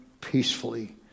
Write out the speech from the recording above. peacefully